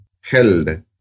Held